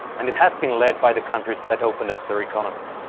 and it has been led by the countries that opened up their economies.